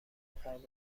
وپروانه